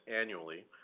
annually